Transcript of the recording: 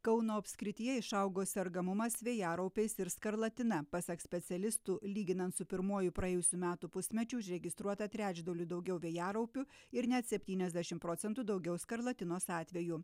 kauno apskrityje išaugo sergamumas vėjaraupiais ir skarlatina pasak specialistų lyginant su pirmuoju praėjusių metų pusmečiu užregistruota trečdaliu daugiau vėjaraupių ir net septyniasdešim procentų daugiau skarlatinos atvejų